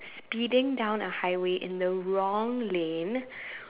speeding down a highway in the wrong lane